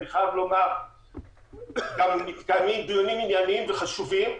ואני חייב לומר שגם מתקיימים דיונים עניינים וחשובים,